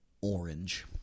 orange